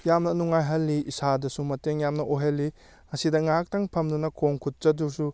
ꯌꯥꯝꯅ ꯅꯨꯡꯉꯥꯏꯍꯜꯂꯤ ꯏꯁꯥꯗꯁꯨ ꯃꯇꯦꯡ ꯌꯥꯝꯅ ꯑꯣꯏꯍꯜꯂꯤ ꯑꯁꯤꯗ ꯉꯥꯏꯍꯥꯛꯇꯪ ꯐꯝꯗꯨꯅ ꯈꯣꯡ ꯈꯨꯠ